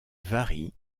varient